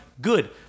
good